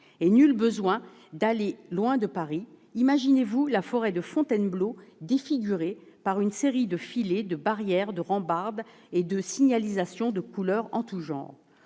Nul besoin d'aller loin de Paris, imaginez-vous la forêt de Fontainebleau défigurée par une série de filets, de barrières, de rambardes et de signalisations de couleur en tous genres